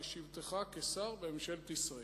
בשבתך כשר בממשלת ישראל.